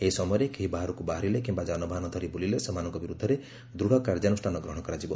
ଏହି ସମୟରେ କେହି ବାହାରକୁ ବାହାରିଲେ କିୟା ଯାନବାହନ ଧରି ବୁଲିଲେ ସେମାନଙ୍କ ବିରୋଧରେ ଦୂଢ଼ କାର୍ଯ୍ୟାନୁଷ୍ଠାନ ଗ୍ରହଣ କରାଯିବ